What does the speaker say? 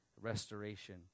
restoration